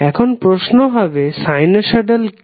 এখন প্রশ্ন হবে সানুসয়ডাল কি